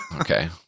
Okay